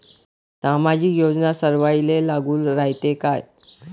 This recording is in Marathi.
सामाजिक योजना सर्वाईले लागू रायते काय?